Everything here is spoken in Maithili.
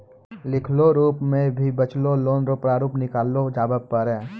लिखलो रूप मे भी बचलो लोन रो प्रारूप निकाललो जाबै पारै